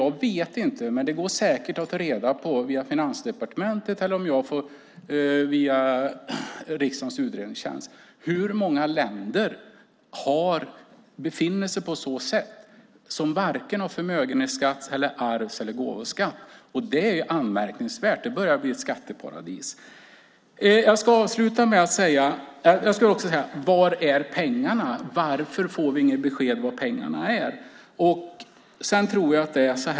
Jag vet inte, men det går säkert att ta reda på via Finansdepartementet eller via riksdagens utredningstjänst, hur många länder som varken har förmögenhetsskatt, arvs eller gåvoskatt. Det är anmärkningsvärt. Det börjar bli ett skatteparadis här. Var är pengarna? Varför får vi inga besked om var pengarna är?